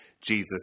Jesus